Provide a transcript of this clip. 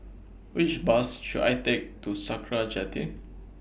Which Bus should I Take to Sakra Jetty